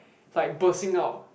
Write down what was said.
like bursting out